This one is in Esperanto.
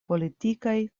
politikaj